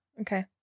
Okay